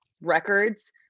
records